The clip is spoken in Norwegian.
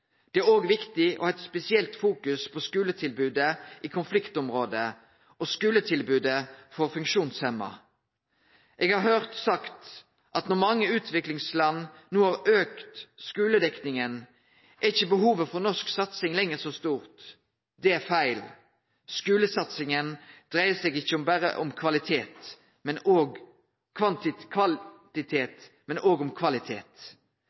Det er òg viktig å ha eit spesielt fokus på skuletilbodet i konfliktområde og skuletilbodet for dei funksjonshemma. Eg har høyrt sagt at når mange utviklingsland no har auka skuledekninga, er ikkje behovet for norsk satsing lenger så stort. Det er feil. Skulesatsinga dreier seg ikkje berre om kvantitet, men òg om kvalitet.